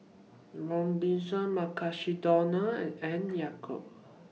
Robinsons Mukshidonna and Yakult